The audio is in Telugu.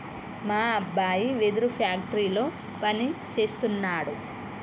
మా అబ్బాయి వెదురు ఫ్యాక్టరీలో పని సేస్తున్నాడు